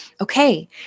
okay